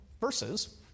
versus